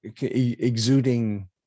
exuding